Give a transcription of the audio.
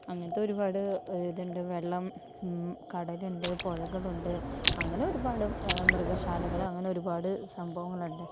അങ്ങനത്തെ ഒരുപാട് ഇതുണ്ട് വെള്ളം കടലുണ്ട് പുഴകളുണ്ട് അങ്ങനെ ഒരുപാട് മൃഗശാലകള് അങ്ങനെ ഒരുപാട് സംഭവങ്ങളുണ്ട്